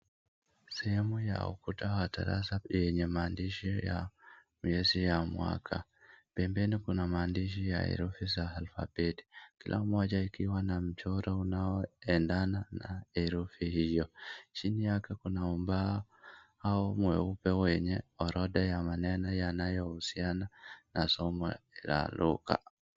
Sehemu ya ukuta wa darasa yenye maandishi ya miezi ya mwaka. Pembeni kuna maandishi ya herufi za alfabeti kila moja ikiwa na mchoro unaoendana na herufi hiyo. Chini yake kuna ubao au mweupe wenye orodha ya maneno yanayohusiana na somo la lugha.